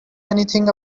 anything